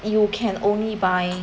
you can only buy